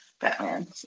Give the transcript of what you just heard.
Batman